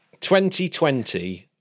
2020